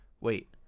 wait